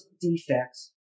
defects